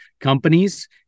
companies